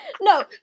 No